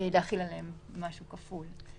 להחיל עליהם משהו כפול.